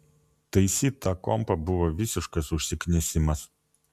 taisyt tą kompą buvo visiškas užsiknisimas